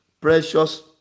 precious